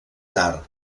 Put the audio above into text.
tard